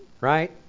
right